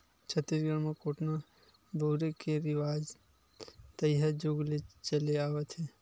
छत्तीसगढ़ म कोटना बउरे के रिवाज तइहा जुग ले चले आवत हे